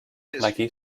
nike